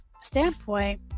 standpoint